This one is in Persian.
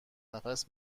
نفس